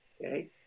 okay